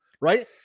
right